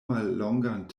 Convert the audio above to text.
mallongan